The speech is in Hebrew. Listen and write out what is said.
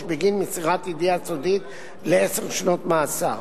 בגין מסירת ידיעה סודית לעשר שנות מאסר.